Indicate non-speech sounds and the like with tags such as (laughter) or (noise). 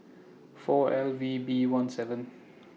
(noise) four L V B one seven